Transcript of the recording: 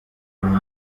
ubu